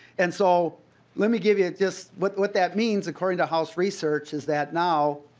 and so let me give you just what what that means according to house research is that now